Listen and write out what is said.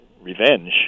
revenge